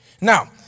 Now